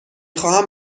خواهم